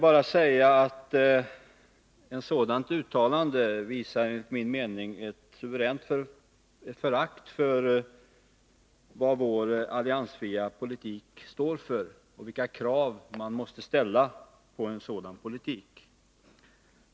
Ett sådant uttalande visar enligt min mening ett förakt för vad vår alliansfria politik står för och vilka krav man måste ställa på en sådan politik.